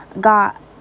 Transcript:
got